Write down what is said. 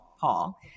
paul